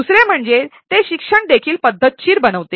दुसरे म्हणजे ते शिक्षण देखील पद्धतशीर बनवते